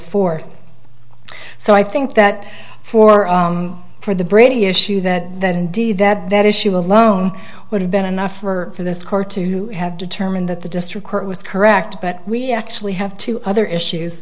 four so i think that for for the brady issue that that indeed that that issue alone would have been enough for this court to have determined that the district court was correct but we actually have two other issues